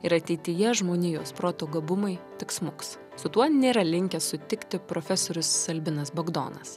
ir ateityje žmonijos proto gabumai tik smuks su tuo nėra linkęs sutikti profesorius albinas bagdonas